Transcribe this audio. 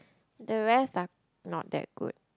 the rest are not that good